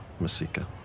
Masika